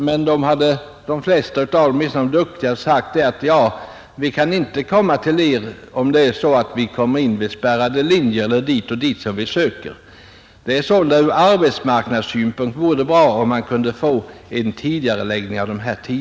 Men de flesta av dem, åtminstone de duktiga, hade sagt att de inte kunde ta anställning vid företaget om de kom in på spärrade linjer som de sökte till. Ur arbetsmarknadssynpunkt vore det sålunda bra om vi kunde få till stånd en tidigareläggning av beskeden.